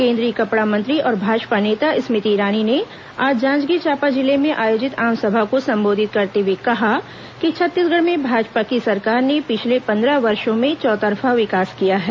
केन्द्रीय कपड़ा मंत्री और भाजपा नेता स्मृति ईरानी ने आज जांजगीर चांपा जिले में आयोजित आमसभा को संबोधित करते हुए कहा कि छत्तीसगढ़ में भाजपा की सरकार ने पिछले पन्द्रह वर्षों में चौतरफा विकास किया है